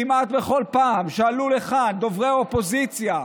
כמעט בכל פעם שעלו לכאן דוברי אופוזיציה,